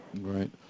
Right